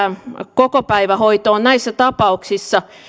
kokopäivähoitoon näissä tapauksissa